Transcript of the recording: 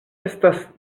estas